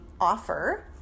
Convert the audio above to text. offer